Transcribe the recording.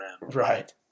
Right